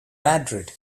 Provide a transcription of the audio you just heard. madrid